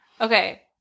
Okay